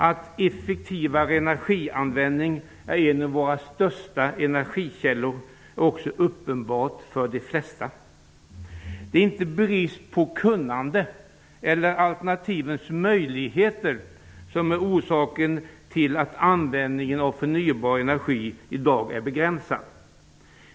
Att effektivare energianvändning är en av våra största ''energikällor'' är också uppenbart för de flesta. Det är inte brist på kunnande eller alternativens möjligheter som är orsaken till att användningen av förnybar energi i dag är begränsad.